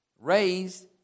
Raised